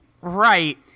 Right